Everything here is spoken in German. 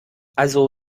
also